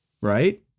right